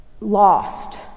lost